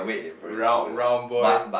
round round boy